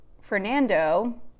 Fernando